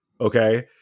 Okay